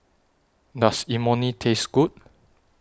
Does Imoni Taste Good